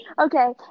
Okay